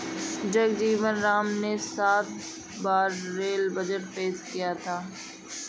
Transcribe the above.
जगजीवन राम ने सात बार रेल बजट पेश किया था